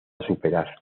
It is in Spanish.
superar